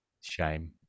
shame